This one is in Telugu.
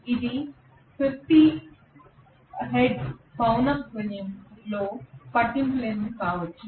ఇది 50 హెర్ట్జ్ పౌనః పున్యం తరచుదనం లో పట్టింపు లేనిది కావచ్చు